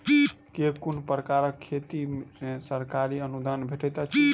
केँ कुन प्रकारक खेती मे सरकारी अनुदान भेटैत अछि?